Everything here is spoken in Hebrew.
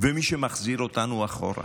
ומי שמחזיר אותנו אחורה